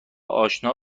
آشنا